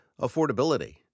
Affordability